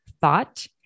thought